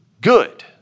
good